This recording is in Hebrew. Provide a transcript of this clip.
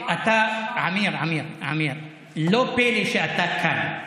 טיבי היקר, עמיר, עמיר, עמיר, לא פלא שאתה כאן,